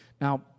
Now